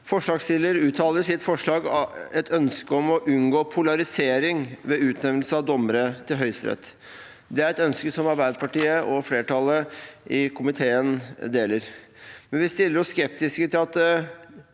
Forslagsstilleren uttaler i sitt forslag et ønske om å unngå polarisering ved utnevnelse av dommere til Høyesterett. Det er et ønske som Arbeiderpartiet og flertallet i komiteen deler, men vi stiller oss skeptiske til at